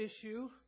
issue